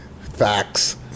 Facts